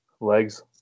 legs